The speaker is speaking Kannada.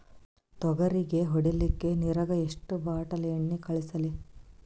ತೊಗರಿಗ ಹೊಡಿಲಿಕ್ಕಿ ನಿರಾಗ ಎಷ್ಟ ಬಾಟಲಿ ಎಣ್ಣಿ ಕಳಸಲಿ?